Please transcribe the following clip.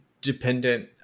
dependent